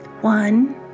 One